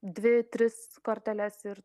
dvi tris korteles ir